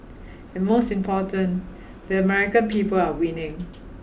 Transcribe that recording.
and most important the American people are winning